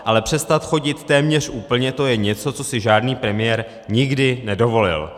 Ale přestat chodit téměř úplně, to je něco, co si žádný premiér nikdy nedovolil.